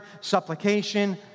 supplication